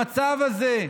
המצב הזה,